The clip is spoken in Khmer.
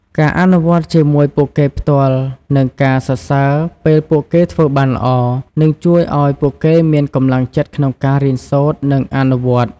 ការអនុវត្តន៍ជាមួយពួកគេផ្ទាល់ និងការសរសើរពេលពួកគេធ្វើបានល្អ នឹងជួយឱ្យពួកគេមានកម្លាំងចិត្តក្នុងការរៀនសូត្រ និងអនុវត្តន៍។